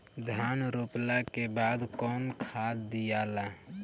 धान रोपला के बाद कौन खाद दियाला?